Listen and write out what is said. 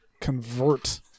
convert